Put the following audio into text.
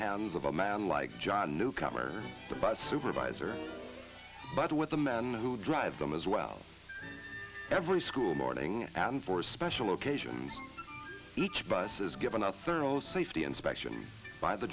hands of a man like john newcomer the bus supervisor but with the men who drive them as well every school morning and for special occasion each bus is given a thorough safety inspection by the